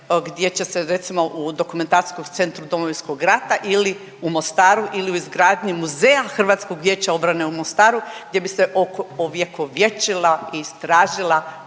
gdje će se recimo u dokumentacijskom centru Domovinskog rata ili u Mostaru ili u izgradnji Muzeja HVO-a u Mostaru gdje bi se ovjekovječila i istražila